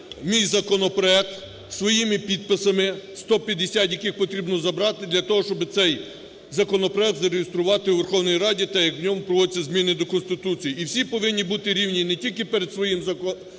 мій законопроект своїми підписами – 150, яких потрібно зібрати для того, щоб цей законопроект зареєструвати у Верховній Раді, так як в ньому проводяться зміни до Конституції. І всі повинні бути рівні не тільки перед законом